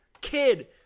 kid